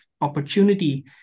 opportunity